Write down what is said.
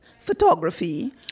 photography